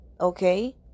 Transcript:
okay